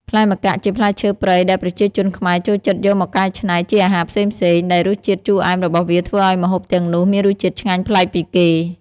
ផ្លែម្កាក់ ជាផ្លែឈើព្រៃដែលប្រជាជនខ្មែរចូលចិត្តយកមកកែច្នៃជាអាហារផ្សេងៗ ដែលរសជាតិជូរអែមរបស់វាធ្វើឱ្យម្ហូបទាំងនោះមានរសជាតិឆ្ងាញ់ប្លែកពីគេ។